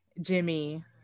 Jimmy